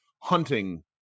hunting